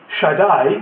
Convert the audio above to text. Shaddai